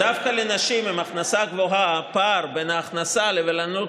דווקא לנשים עם הכנסה גבוהה הפער בין ההכנסה לבין עלות